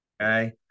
Okay